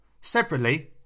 Separately